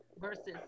Versus